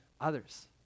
others